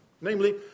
Namely